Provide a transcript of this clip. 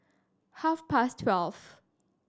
half past twelve